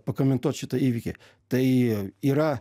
pakomentuot šitą įvykį tai yra